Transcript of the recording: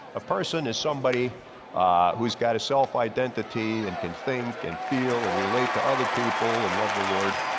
a person is somebody who's got a self-identity and can think and feel and relate to other people and love the lord,